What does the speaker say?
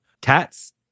Cats